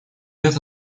это